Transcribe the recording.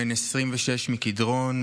בן 26 מקדרון,